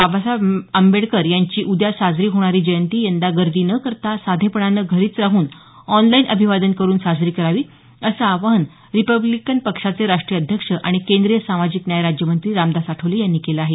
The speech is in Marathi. बाबासाहेब आंबेडकर यांची उद्या साजरी होणारी जयंती यंदा गर्दी न करता साधेपणानं घरीच राहून ऑनलाईन अभिवादन करून साजरी करावी असं आवाहन रिपब्लिकन पक्षाचे राष्ट्रीय अध्यक्ष आणि केंद्रीय सामाजिक न्याय राज्यमंत्री रामदास आठवले यांनी केलं आहे